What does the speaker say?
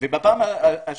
ובפעם השלישית,